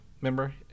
Remember